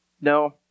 No